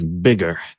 bigger